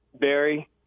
Barry